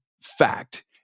fact